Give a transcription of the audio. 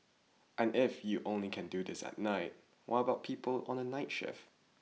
and if you only can do this at night what about people on the night shift